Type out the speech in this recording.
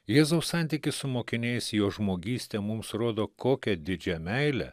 jėzaus santykis su mokiniais jo žmogystė mums rodo kokia didžia meile